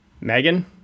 Megan